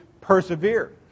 persevere